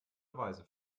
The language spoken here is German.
beweise